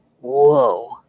whoa